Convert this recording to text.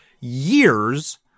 years